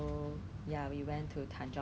我爸爸就进来房间